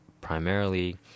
primarily